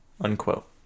unquote